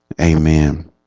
Amen